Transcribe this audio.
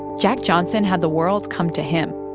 jack johnson had the world come to him.